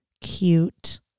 cute